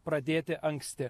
pradėti anksti